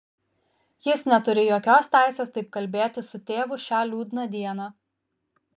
jis neturi jokios teisės taip kalbėti su tėvu šią liūdną dieną